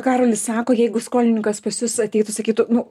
karolis sako jeigu skolininkas pas jus ateitų sakytų nu